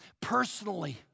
Personally